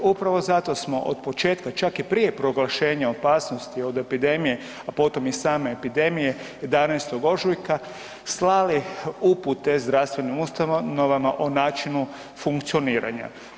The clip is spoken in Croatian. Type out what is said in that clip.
Upravo zato smo od početka, čak i prije proglašenja opasnosti od epidemije, a potom i same epidemije 11. ožujka slali upute zdravstvenim ustanovama o načinu funkcioniranja.